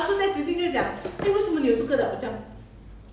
the most expensive one